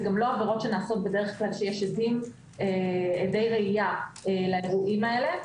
זה גם לא עבירות שנעשות בדרך כלל שיש עדי ראיה לאירועים האלה,